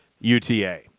UTA